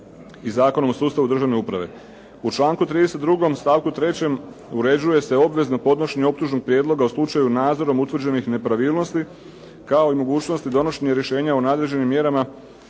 i Zakonom o sustavu državne uprave. U članku 32. stavku 3. uređuje se obvezno podnošenje optužnog prijedloga u slučaju nadzorom utvrđenih nepravilnosti kao i mogućnosti donošenja rješenja o nadređenim mjerama